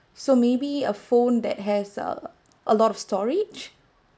so maybe a phone that has uh a lot of storage